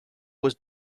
was